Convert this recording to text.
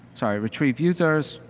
sorry. retrieve users.